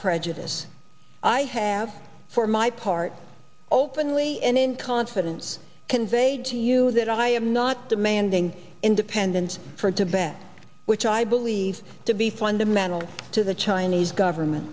prejudice i have for my part openly and in confidence conveyed to you that i am not demanding independence for tibet which i believe to be fundamental to the chinese government